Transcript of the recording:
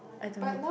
I don't know